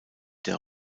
der